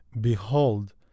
Behold